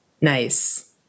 Nice